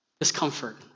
discomfort